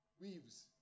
Weaves